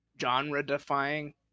genre-defying